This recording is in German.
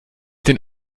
den